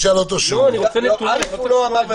הוא לא אמר.